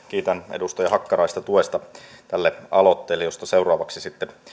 kiitän edustaja hakkaraista tuesta tälle aloitteelle josta seuraavaksi sitten